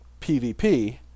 PvP